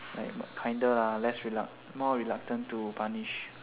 like kinder ah less more reluctant to punish